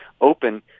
open